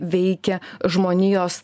veikia žmonijos